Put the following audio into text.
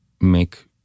make